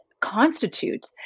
constitute